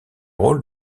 rôle